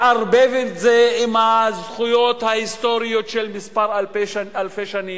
לערבב את זה עם הזכויות ההיסטוריות של אלפי שנים,